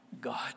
God